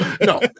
No